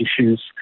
issues